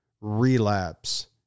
relapse